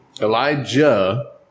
Elijah